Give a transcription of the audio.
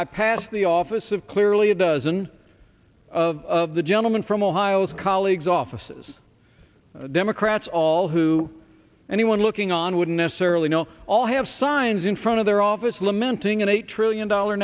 i passed the office of clearly a dozen of the gentleman from ohio as colleagues offices democrats all who anyone looking on would necessarily know all have signs in front of their office lamenting an eight trillion dollar